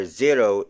zero